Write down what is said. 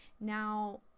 Now